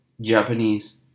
Japanese